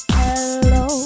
hello